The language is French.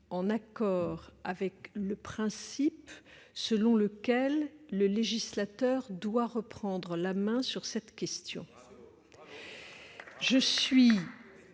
en accord avec le principe selon lequel le législateur doit reprendre la main sur cette question.